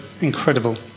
incredible